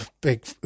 big